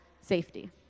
safety